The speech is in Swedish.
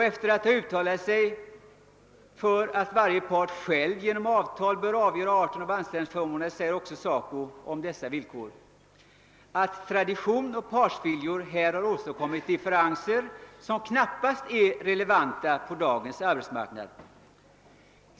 Efter att ha uttalat att varje part själv genom avtal bör avgöra arten av anställningsförmånerna framhåller också SACO beträffande dessa villkor »att tradition och partsviljor har här åstadkommit differenser, som knappast är relevanta på dagens arbetsmarknad«.